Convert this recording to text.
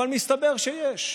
אבל מסתבר שיש,